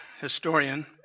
historian